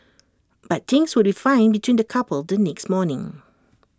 but things would be fine between the couple the next morning